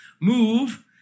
move